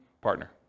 partner